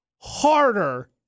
harder